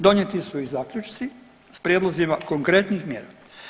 Donijeti su i zaključci s prijedlozima konkretnih mjera.